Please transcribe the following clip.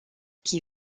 qui